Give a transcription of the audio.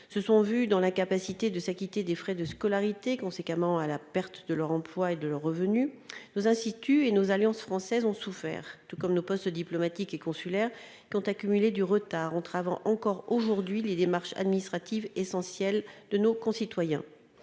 se sont vus dans la capacité de s'acquitter des frais de scolarité conséquemment à la perte de leur emploi et de leurs revenus, nos instituts et nos alliances françaises ont souffert, tout comme nos postes diplomatiques et consulaires quant accumulé du retard entravant encore aujourd'hui les démarches administratives essentielle de nos concitoyens,